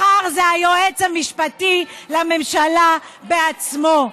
מחר זה היועץ המשפטי לממשלה בעצמו.